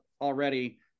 already